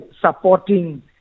Supporting